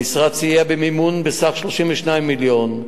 המשרד סייע במימון בסך 32 מיליון.